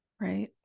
right